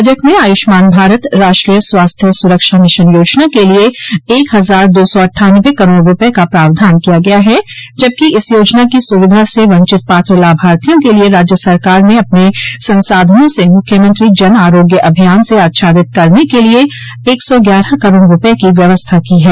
budget में आयुष्मान भारत राष्ट्रीय स्वास्थ्य सुरक्षा मिशन योजना के लिये एक हजार दो सौ अट्ठानवे करोड़ रूपये का प्रावधान किया गया है जबकि इस योजना की सुविधा से वंचित पात्र लाभार्थियों के लिये राज्य सरकार ने अपने संसाधनों से मृख्यमंत्री जन आरोग्य अभियान से आच्छादित करने के लिये एक सौ ग्यारह करोड़ रूपये की व्यवस्था की है